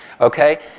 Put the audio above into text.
okay